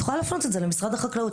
את יכולה להפנות את זה למשרד החקלאות.